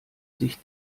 sich